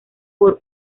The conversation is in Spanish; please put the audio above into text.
por